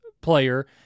player